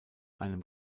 einem